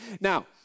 Now